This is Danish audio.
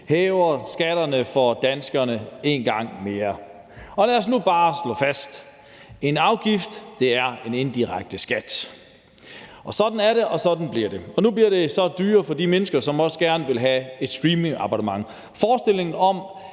hæver skatterne for danskerne en gang mere. Lad os nu bare slå fast: En afgift er en indirekte skat. Sådan er det, og sådan bliver det. Nu bliver det så dyrere for de mennesker, som også gerne vil have et streamingabonnement. Forestillingen om,